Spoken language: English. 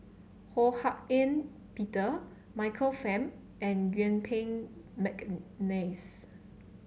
Ho Hak Ean Peter Michael Fam and Yuen Peng McNeice